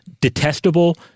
detestable